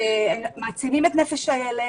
החוגים מעצימים את נפש הילד.